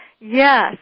Yes